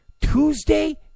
Tuesday